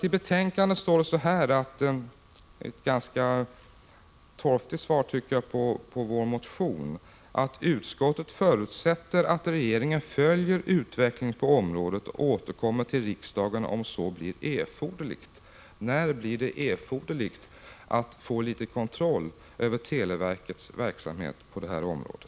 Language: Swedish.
I betänkandet står som ett ganska torftigt svar på vår motion: ”Utskottet förutsätter dock att regeringen följer utvecklingen på området och återkommer till riksdagen, om så blir erforderligt.” När blir det ”erforderligt” att få litet kontroll över televerkets verksamhet på det här området?